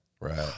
Right